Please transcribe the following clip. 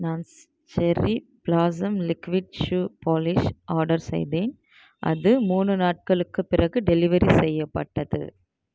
நான் cherry blossom liquid shoe polish order செய்தேன் அது மூணு நாட்களுக்குப் பிறகு டெலிவரி செய்யப்பட்டது